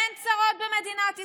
אין צרות במדינת ישראל.